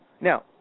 Now